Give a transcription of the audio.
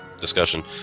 discussion